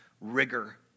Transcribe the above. rigor